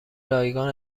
رایگان